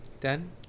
done